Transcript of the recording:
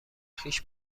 خویش